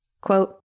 Quote